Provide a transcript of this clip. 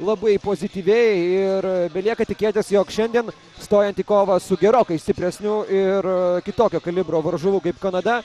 labai pozityviai ir belieka tikėtis jog šiandien stojant į kovą su gerokai stipresniu ir kitokio kalibro varžovu kaip kanada